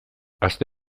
aste